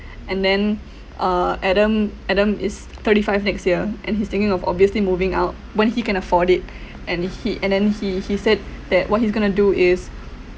and then uh adam adam is thirty five next year and he's thinking of obviously moving out when he can afford it and he and then he he said that what he's going to do is